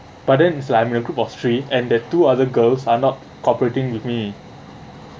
but then is like I'm in a group three and there two other girls are not cooperating with me